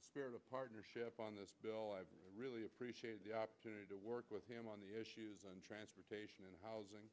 spirit of partnership on this bill i really appreciate the opportunity to work with him on the issues on transportation and housing